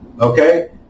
Okay